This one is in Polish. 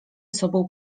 sobą